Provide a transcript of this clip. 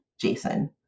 Jason